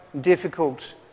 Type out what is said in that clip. difficult